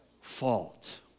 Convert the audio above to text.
fault